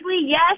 yes